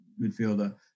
midfielder